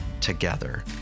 together